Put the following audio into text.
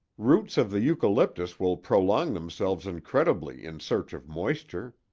roots of the eucalyptus will prolong themselves incredibly in search of moisture.